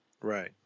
Right